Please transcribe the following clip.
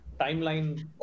Timeline